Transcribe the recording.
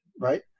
Right